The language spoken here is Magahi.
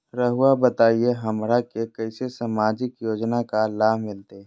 रहुआ बताइए हमरा के कैसे सामाजिक योजना का लाभ मिलते?